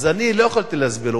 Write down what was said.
אז אני לא יכולתי להסביר לו.